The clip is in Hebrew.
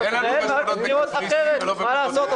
מה לעשות,